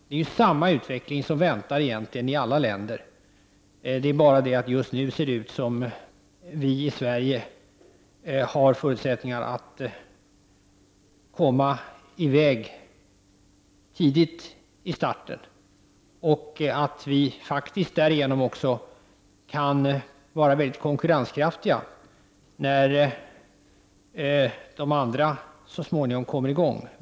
Det är egentligen samma utveckling som väntar i alla länder — det är bara det att det just nu ser ut som om vi i Sverige hade förutsättningar att komma i väg tidigt i starten och därigenom faktiskt också bli mycket konkurrenskraftiga när de andra så småningom kommer i gång.